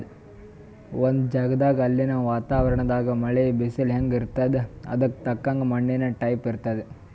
ಒಂದ್ ಜಗದಾಗ್ ಅಲ್ಲಿನ್ ವಾತಾವರಣದಾಗ್ ಮಳಿ, ಬಿಸಲ್ ಹೆಂಗ್ ಇರ್ತದ್ ಅದಕ್ಕ್ ತಕ್ಕಂಗ ಮಣ್ಣಿನ್ ಟೈಪ್ ಇರ್ತದ್